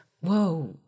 whoa